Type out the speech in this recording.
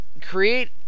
create